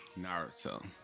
Naruto